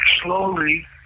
slowly